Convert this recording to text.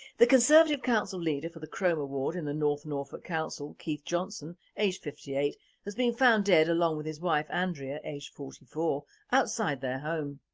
the conservative council leader for the cromer ward in the north norfolk council keith johnson aged fifty eight has been found dead along with his wife andrea aged forty four outside their home.